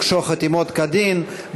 הוגשו חתימות כדין.